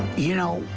you know,